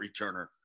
returner